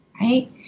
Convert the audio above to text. Right